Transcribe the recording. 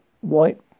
white